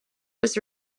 was